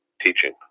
teaching